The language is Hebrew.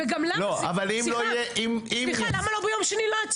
וגם סליחה, למה לא להצביע ביום שני?